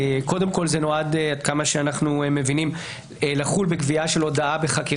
עד כמה שאנחנו מבינים זה נועד לחול בגבייה של הודעה בחקירה